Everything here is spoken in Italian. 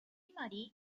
marie